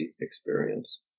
experience